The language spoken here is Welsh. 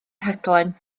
rhaglen